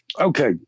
Okay